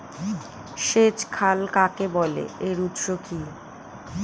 সেচ খাল কাকে বলে এর উৎস কি?